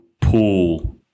pool